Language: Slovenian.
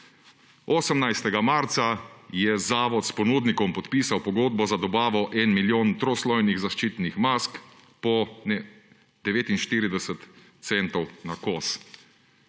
18. marca je Zavod s ponudnikom podpisal pogodbo za dobavo enega milijona troslojnih zaščitnih mask po 49 centov na kos.